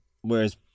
Whereas